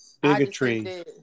bigotry